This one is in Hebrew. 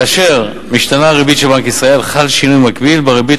כאשר משתנה הריבית של בנק ישראל חל שינוי מקביל בריבית